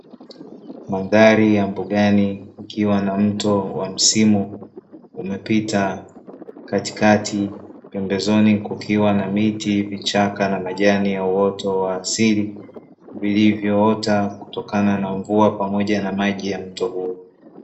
Mandhari ya mbugani ikiwa na mto wa msimu umepita katikati, pembezoni kukiwa na miti, vichaka na majani ya uoto wa asili vilivyoota kutokana na mvua pamoja na maji ya mto huo.